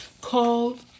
called